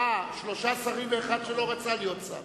שלושה שרים ואחד שלא רצה להיות שר.